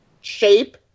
Shape